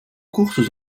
courses